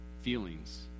feelings